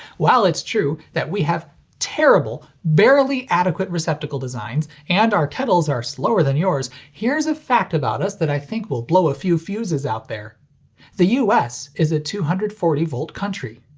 while it's true that we have terrible, barely adequate receptacle designs and our kettles are slower than yours, here's a fact about us that i think will blow a few fuses out there the us is a two hundred and forty volt country.